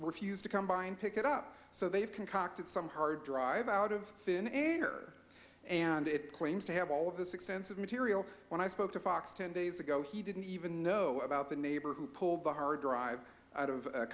refused to come by and pick it up so they've concocted some hard drive out of thin air and it claims to have all of this expensive material when i spoke to fox ten days ago he didn't even know about the neighbor who pulled the hard drive out of